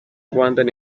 rwandan